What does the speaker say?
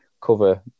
cover